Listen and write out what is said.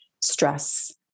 stress